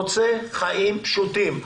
רוצה חיים פשוטים.